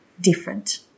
different